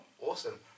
awesome